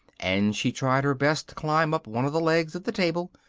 and she tried her best to climb up one of the legs of the table,